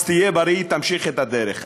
אז תהיה בריא, תמשיך את הדרך.